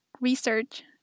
research